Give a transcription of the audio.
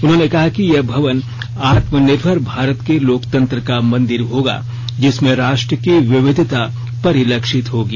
उन्होंने कहा कि यह भवन आत्मनिर्भर भारत के लोकतंत्र का मंदिर होगा जिसमें राष्ट्र की विविधता परिलक्षित होगी